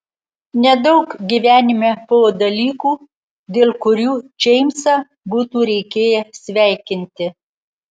nedaug gyvenime buvo dalykų dėl kurių džeimsą būtų reikėję sveikinti